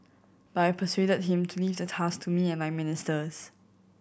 but I persuaded him to leave the task to me and my ministers